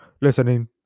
listening